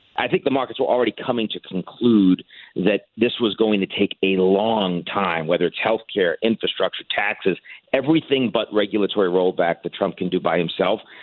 i think the markets were already coming to conclude that this was going to take a long time, whether it's health care, infrastructure, taxes everything but regulatory rollback that trump can do by himself.